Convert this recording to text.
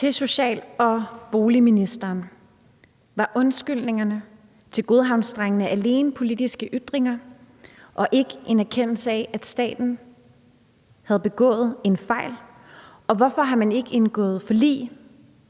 Victoria Velasquez (EL): Var undskyldningerne til godhavnsdrengene alene politiske ytringer og ikke en erkendelse af, at staten havde begået fejl, og hvorfor har man indgået forlig